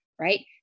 right